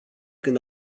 când